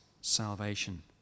salvation